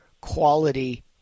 quality